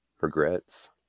regrets